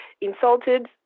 insulted